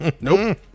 Nope